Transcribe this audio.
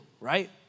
right